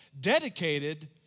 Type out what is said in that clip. dedicated